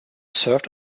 served